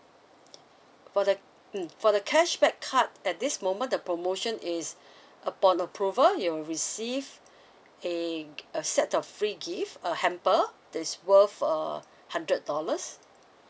for the mm for the cashback card at this moment the promotion is upon approval you will receive a a set of free gifts a hamper this worth a hundred dollars